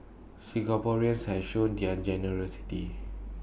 Singaporeans has shown their generosity